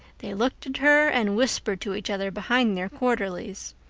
they looked at her and whispered to each other behind their quarterlies.